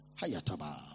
Hayataba